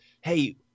hey